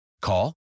Call